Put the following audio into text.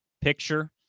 picture